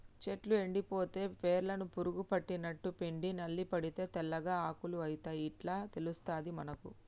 చెట్టు ఎండిపోతే వేర్లకు పురుగు పట్టినట్టు, పిండి నల్లి పడితే తెల్లగా ఆకులు అయితయ్ ఇట్లా తెలుస్తది మనకు